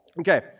Okay